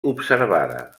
observada